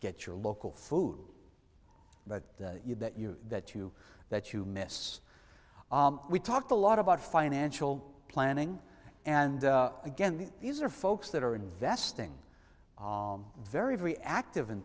get your local food but you that you that you that you miss we talked a lot about financial planning and again these are folks that are investing very very active in